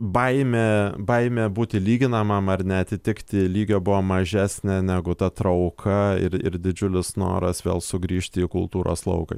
baimė baimė būti lyginamam ar neatitikti lygio buvo mažesnė negu ta trauka ir ir didžiulis noras vėl sugrįžti į kultūros lauką